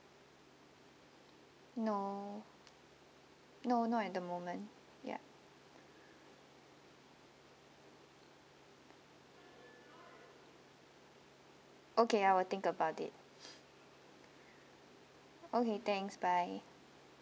no no not at the moment ya okay I will think about it okay thanks bye